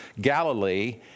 Galilee